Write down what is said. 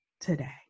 today